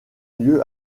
lieu